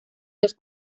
los